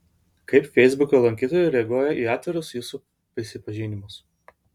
kaip feisbuko lankytojai reaguoja į atvirus jūsų prisipažinimus